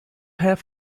have